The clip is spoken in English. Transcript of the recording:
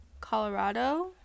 Colorado